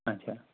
اچھا